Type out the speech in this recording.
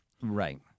Right